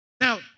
Now